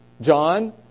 John